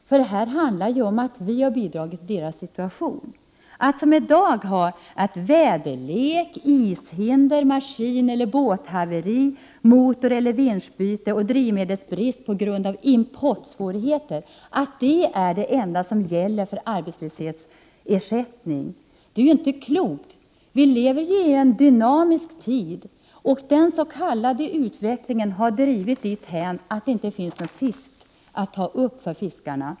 Vi har bidragit till situationen. Det är inte klokt att det skall vara som i dag, så att det enda som ger rätt till arbetslöshetsersättning är dålig väderlek, ishinder, maskineller båthaveri, motoreller vinschbyte och drivmedelsbrist på grund av importsvårigheter. Vilever jui en dynamisk tid. Den s.k. utvecklingen har gått dithän att det inte finns någon fisk att ta upp för fiskarna.